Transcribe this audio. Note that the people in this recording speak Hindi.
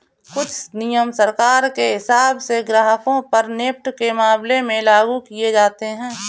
कुछ नियम सरकार के हिसाब से ग्राहकों पर नेफ्ट के मामले में लागू किये जाते हैं